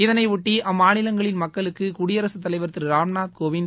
இதனைபொட்டி அம்மாநிலங்களின் மக்களுக்கு குடியரசுத் தலைவர் திரு ராம்நாத் கோவிந்த்